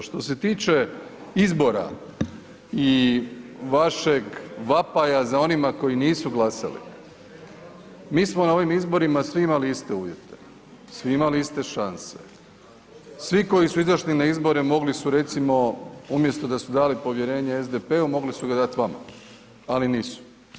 Što se tiče izbora i vašeg vapaja za onima koji nisu glasali, mi smo na ovim izborima svi imali iste uvjete, svi imali iste šanse, svi koji su izašli na izbore mogli su recimo umjesto da su dali povjerenje SDP-u mogli su vam dati vama, ali nisu.